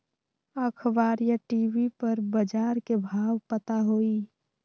अखबार या टी.वी पर बजार के भाव पता होई?